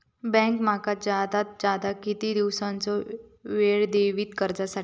Bank माका जादात जादा किती दिवसाचो येळ देयीत कर्जासाठी?